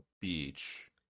beach